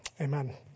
amen